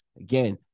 Again